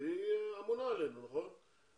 והיא אמונה עלינו, נכון?